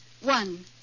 One